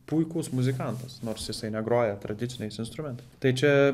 puikus muzikantas nors jisai negroja tradiciniais instrumentai tai čia